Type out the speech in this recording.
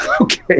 okay